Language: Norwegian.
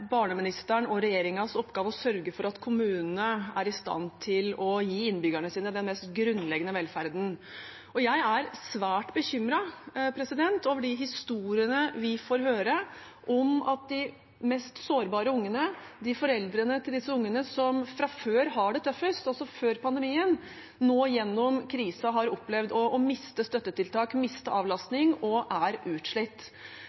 i stand til å gi innbyggerne sine den mest grunnleggende velferden. Jeg er svært bekymret over de historiene vi får høre, om at de mest sårbare ungene og foreldrene til disse ungene som fra før har det tøffest, også før pandemien, nå gjennom krisen har opplevd å miste støttetiltak, miste